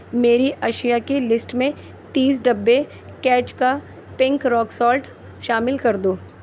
میری اشیاء کی لسٹ میں تیس ڈبے کیچ کا پنک روک سوٹ شامل کر دو